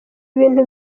ibintu